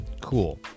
cool